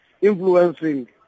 influencing